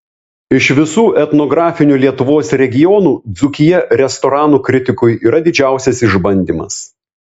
iš visų etnografinių lietuvos regionų dzūkija restoranų kritikui yra didžiausias išbandymas